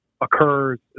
occurs